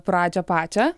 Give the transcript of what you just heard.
pradžią pačią